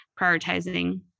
prioritizing